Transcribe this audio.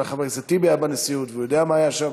אבל חבר הכנסת טיבי היה בנשיאות והוא יודע מה היה שם.